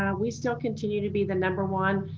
um we still continue to be the number one